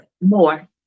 more